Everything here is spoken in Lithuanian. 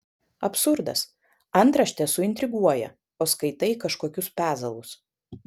absurdas antraštė suintriguoja o skaitai kažkokius pezalus